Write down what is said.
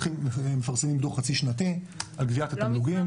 מפרסמים דו"ח חצי שנתי על גביית התמלוגים.